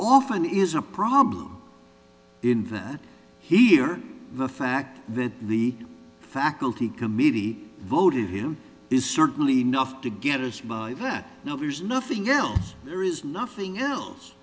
often is a problem invented here the fact that the faculty committee voted him is certainly enough to get a smile that now there's nothing else there is nothing else